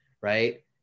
right